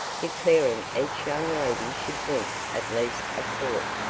declaring each young lady should drink at least a quart,